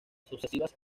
sucesivas